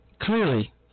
clearly